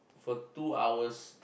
for two hours